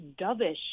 dovish